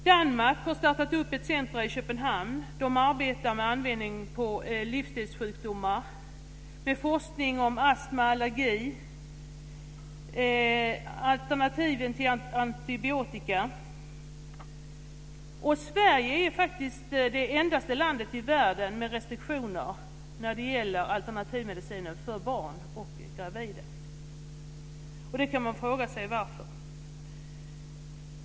Danmark har startat ett centrum i Köpenhamn. De arbetar med användning på livsstilssjukdomar, med forskning om astma och allergi och om alternativ till antibiotika. Sverige är faktiskt det enda land i världen med restriktioner när det gäller alternativmediciner till barn och gravida. Man kan fråga sig varför.